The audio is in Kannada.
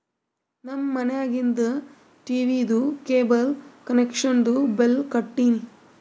ನಮ್ ಮನ್ಯಾಗಿಂದ್ ಟೀವೀದು ಕೇಬಲ್ ಕನೆಕ್ಷನ್ದು ಬಿಲ್ ಕಟ್ಟಿನ್